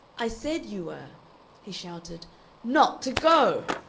i said you were he shouted not to go!